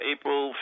April